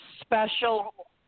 special